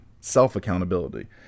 Self-accountability